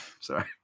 Sorry